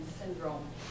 syndrome